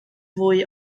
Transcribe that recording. fwy